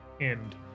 end